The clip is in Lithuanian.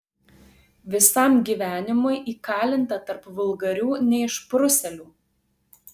visam gyvenimui įkalinta tarp vulgarių neišprusėlių